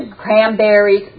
cranberries